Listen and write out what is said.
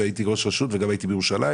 והייתי ראש רשות וגם הייתי בירושלים,